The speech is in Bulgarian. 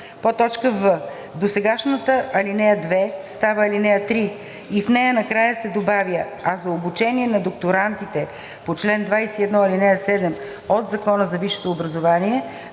в) досегашната ал. 2 става ал. 3 и в нея накрая се добавя „а за обучение на докторантите по чл. 21, ал. 7 от Закона за висшето образование